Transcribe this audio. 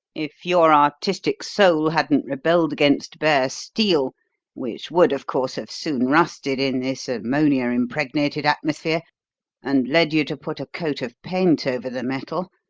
if your artistic soul hadn't rebelled against bare steel which would, of course, have soon rusted in this ammonia-impregnated atmosphere and led you to put a coat of paint over the metal,